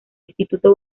instituto